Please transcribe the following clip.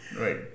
Right